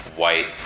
White